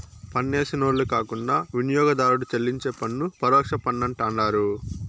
పన్నేసినోళ్లు కాకుండా వినియోగదారుడు చెల్లించే పన్ను పరోక్ష పన్నంటండారు